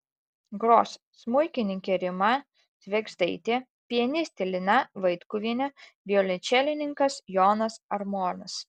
gros smuikininkė rima švėgždaitė pianistė lina vaitkuvienė violončelininkas jonas armonas